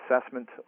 assessment